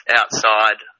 outside